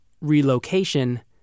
relocation